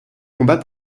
combat